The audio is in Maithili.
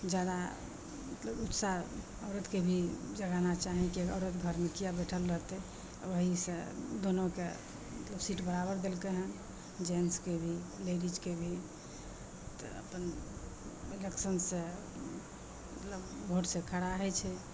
जादा मतलब उत्साह औरतके भी जगाना चाही कि औरत घरमे किएक बैठल रहतै वएहसे दुनूकेँ मतलब सीट बराबर देलकै यऽ जेन्ट्सके भी लेडीजके भी तऽ अपन इलेक्शनसे मतलब भोटसे खड़ा होइ छै